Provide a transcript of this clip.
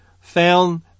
found